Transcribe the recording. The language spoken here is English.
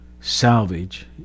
salvage